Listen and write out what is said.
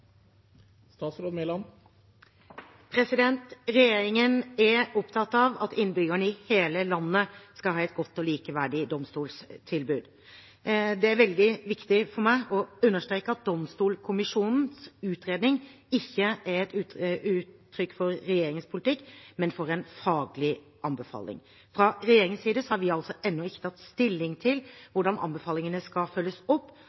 Regjeringen er opptatt av at innbyggerne i hele landet skal ha et godt og likeverdig domstolstilbud. Det er veldig viktig for meg å understreke at Domstolkommisjonens utredning ikke er et uttrykk for regjeringens politikk, men for en faglig anbefaling. Fra regjeringens side har vi ennå ikke tatt stilling til hvordan anbefalingene skal følges opp.